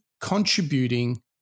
contributing